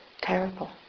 terrible